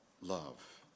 love